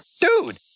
Dude